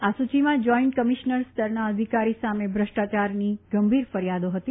આ સૂચિમાં joint commissioner સ્તરના અધિકારી સામે ભ્રષ્ટાચારની ગંભીર ફરિયાદો હતી